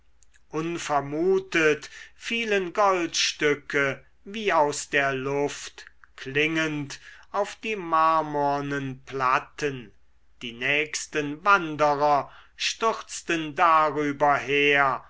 unvermutet fielen goldstücke wie aus der luft klingend auf die marmornen platten die nächsten wanderer stürzten darüber her